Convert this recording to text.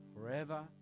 forever